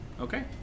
Okay